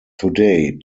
today